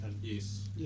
yes